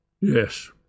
Yes